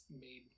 made